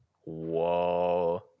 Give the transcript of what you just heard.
Whoa